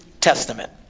Testament